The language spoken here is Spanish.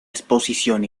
exposición